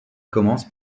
commence